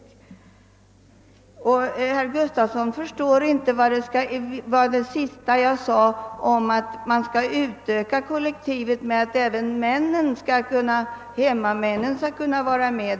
Herr Gustavsson i Alvesta förstod inte det senaste jag sade om att man skulle utöka kollektivet genom att låta även hemmamännen vara med.